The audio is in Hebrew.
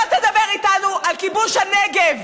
לא תדבר איתנו על כיבוש הנגב.